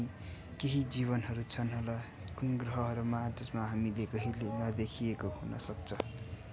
केही जीवनहरू छन् होला कुन ग्रहहरूमा जसमा हामीले कहिल्यै नदेखिएको हुन सक्छ